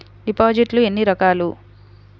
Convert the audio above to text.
డిపాజిట్లు ఎన్ని రకాలు?